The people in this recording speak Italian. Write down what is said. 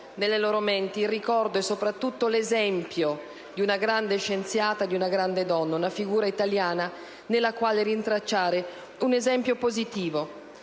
nelle loro menti il ricordo e soprattutto l'esempio di una grande scienziata, di una grande donna, una figura italiana nella quale rintracciare un esempio positivo.